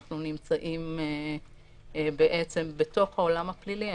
אנחנו נמצאים בעולם הפלילי,